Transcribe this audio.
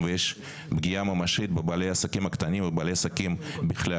ויש פגיעה ממשית בבעלי העסקים הקטנים ובבעלי העסקים בכלל,